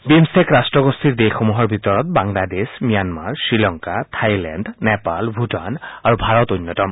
BIMSTEC ৰাষ্ট্ৰগোষ্ঠীৰ দেশসমূহৰ ভিতৰত বাংলাদেশ ম্যানমাৰ শ্ৰীলংকা থাইলেণ্ড নেপাল ভুটান আৰু ভাৰত অন্যতম